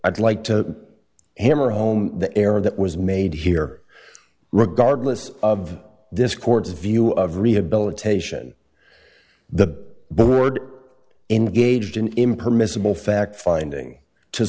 i'd like to hammer home the error that was made here regardless of this court's view of rehabilitation the board engaged in impermissible fact finding to